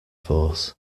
force